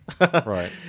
right